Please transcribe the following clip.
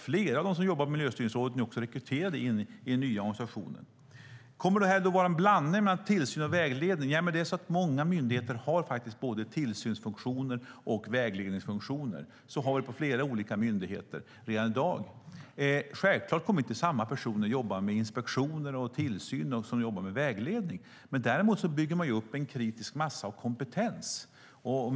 Flera av dem som jobbar i Miljöstyrningsrådet har rekryterats till den nya organisationen. Kommer det att bli en blandning av tillsyn och vägledning? Många myndigheter har redan i dag både tillsynsfunktion och vägledningsfunktion. Självklart kommer inte samma personer jobba med inspektioner och tillsyn och med vägledning. Man bygger dock upp en kritisk massa av kompetens.